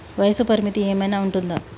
వయస్సు పరిమితి ఏమైనా ఉంటుందా?